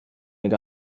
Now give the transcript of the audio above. nag